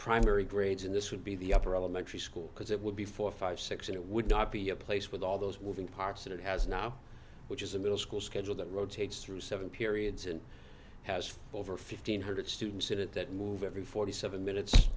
primary grades and this would be the upper elementary school because it would be four five six it would not be a place with all those weaving parts and it has now which is a middle school schedule that rotates through seven periods and has over fifteen hundred students in it that move every forty seven minutes